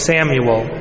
Samuel